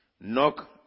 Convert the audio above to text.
Knock